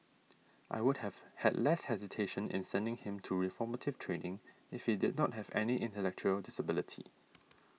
I would have had less hesitation in sending him to reformative training if he did not have any intellectual disability